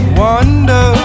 wonder